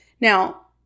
Now